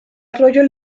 arroyo